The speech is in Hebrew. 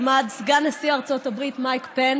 עמד סגן נשיא ארצות הברית מייק פנס